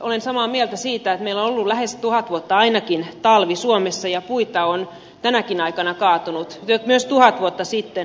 olen samaa mieltä siitä että meillä on ollut ainakin lähes tuhat vuotta talvi suomessa ja puita on tänäkin aikana kaatunut myös tuhat vuotta sitten